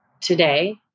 today